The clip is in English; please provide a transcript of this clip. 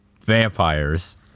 vampires